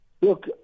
Look